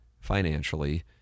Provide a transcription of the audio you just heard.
financially